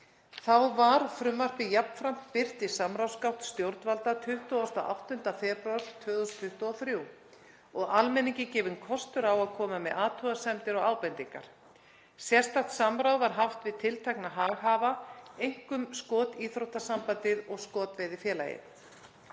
Þá var frumvarpið jafnframt birt í samráðsgátt stjórnvalda 28. febrúar 2023 og almenningi gefinn kostur á að koma með athugasemdir og ábendingar. Sérstakt samráð var haft við tiltekna hag, hafa einkum Skotíþróttasambandið og Skotveiðifélagið.